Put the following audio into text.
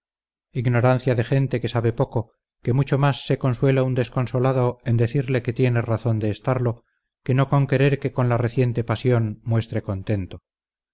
ignorancia de gente que sabe poco que mucho más se consuela un desconsolado en decirle que tiene razón de estarlo que no con querer que con la reciente pasión muestre contento